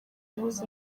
yahoze